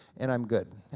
and i'm good.